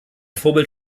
vorbild